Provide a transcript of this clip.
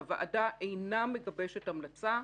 הוועדה אינה מגבשת המלצה,